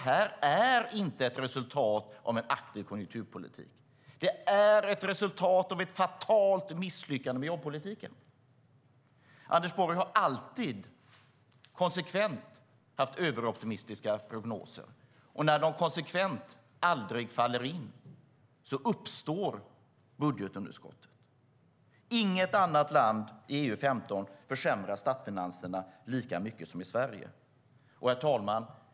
Det är inte ett resultat av en aktiv konjunkturpolitik. Det är ett resultat av ett fatalt misslyckande med jobbpolitiken. Anders Borg har konsekvent haft överoptimistiska prognoser, och när de konsekvent inte faller in uppstår budgetunderskott. Inget annat land i EU-15 försämrar statsfinanserna lika mycket som Sverige gör.